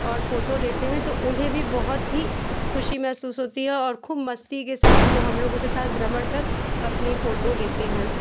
और फोटो लेते हैं तो उन्हें भी बहुत ही खुशी महसूस होती है और खूब मस्ती के साथ वो हम लोगों के साथ भ्रमण कर अपनी फोटो लेते हैं